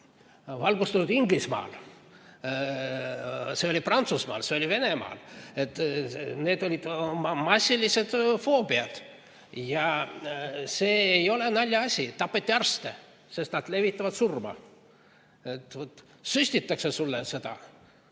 valgustatud Inglismaal, see oli Prantsusmaal, see oli Venemaal. Nii et need olid massilised foobiad ja see ei olnud naljaasi. Tapeti arste, sest [arvati, et] nad levitavad surma. Süstitakse sulle seda